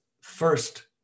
first